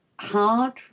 hard